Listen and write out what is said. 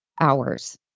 hours